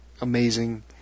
amazing